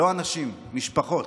לא אנשים, משפחות.